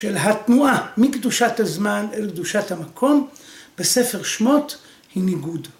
של התנועה מקדושת הזמן אל קדושת המקום בספר שמות היא ניגוד.